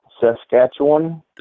Saskatchewan